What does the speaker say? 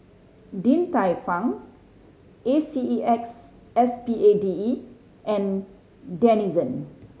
Din Tai Fung A C E X S P A D E and Denizen